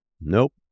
Nope